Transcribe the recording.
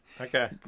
Okay